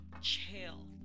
chill